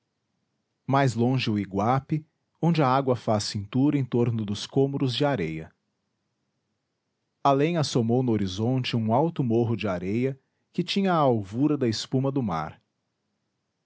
mais longe o iguape onde a água faz cintura em torno dos cômoros de areia além assomou no horizonte um alto morro de areia que tinha a alvura da espuma do mar